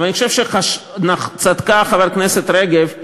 אבל אני חושב שצדקה חברת הכנסת רגב,